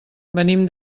venim